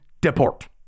deport